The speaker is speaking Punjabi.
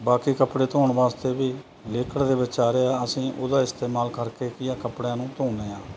ਬਾਕੀ ਕੱਪੜੇ ਧੋਣ ਵਾਸਤੇ ਵੀ ਲਿਕਡ ਦੇ ਵਿੱਚ ਆ ਰਹੇ ਅਸੀਂ ਉਹਦਾ ਇਸਤੇਮਾਲ ਕਰਕੇ ਕੀ ਆ ਕੱਪੜਿਆਂ ਨੂੰ ਧੋਂਦੇ ਹਾਂ